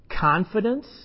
confidence